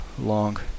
long